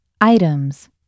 Items